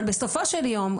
אבל בסופו של יום,